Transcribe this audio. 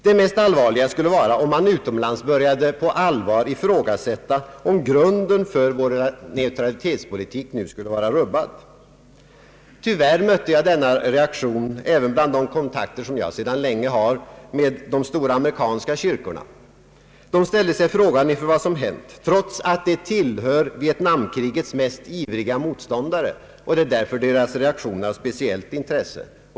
Det mest allvarliga skulle vara om man utomlands på allvar började ifrågasätta om grunden för vår neutralitetspolitik nu skulle vara rubbad. Tyvärr mötte jag denna reaktion även bland kontakter som jag sedan länge har med de stora amerikanska kyrkorna. De ställde sig frågande inför vad som hänt, trots att de tillhör Vietnamkrigets ivriga motståndare, varför deras reaktion är av speciellt intresse.